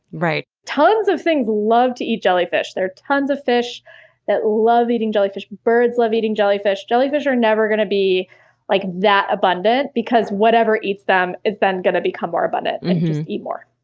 right? tons of things love to eat jellyfish. there are tons of fish that love eating jellyfish birds love eating jellyfish. jellyfish are never going to be like that abundant because whatever eats them is then going to become more abundant and just eat more.